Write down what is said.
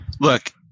look